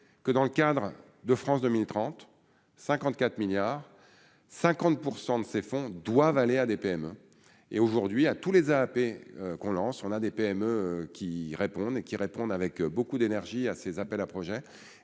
que dans le cadre de France 2030 54 milliards 50 % de ces fonds doivent aller à des PME et aujourd'hui à tous les à AP qu'on lance, on a des PME qui réponde, qui réponde avec beaucoup d'énergie à ses appels à projets